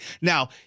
Now